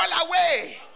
away